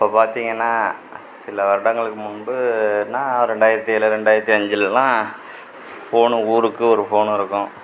இப்போது பார்த்தீங்கன்னா சில வருடங்களுக்கு முன்புன்னா ஒரு ரெண்டாயிரத்திதேழு ரெண்டாயிரத்தி அஞ்சுலலாம் ஃபோன் ஊருக்கு ஒரு ஃபோன் இருக்கும்